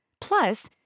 Plus